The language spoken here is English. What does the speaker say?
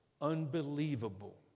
unbelievable